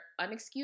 unexcused